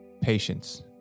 patience